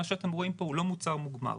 מה שאתם רואים פה הוא לא מוצר מוגמר.